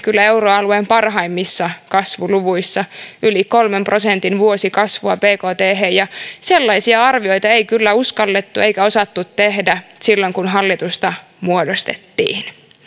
kyllä euroalueen parhaimmissa kasvuluvuissa yli kolmen prosentin vuosikasvua bkthen ja sellaisia arvioita ei kyllä uskallettu eikä osattu tehdä silloin kun hallitusta muodostettiin